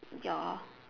ya